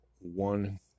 one